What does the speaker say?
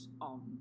on